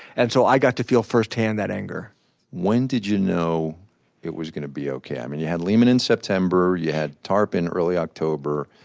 and so i got to feel firsthand that anger did you know it was going to be ok? i mean you had lehman in september, you had tarp in early october